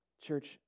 Church